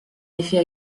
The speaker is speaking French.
effet